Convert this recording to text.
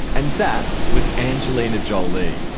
and that was angelina jolie.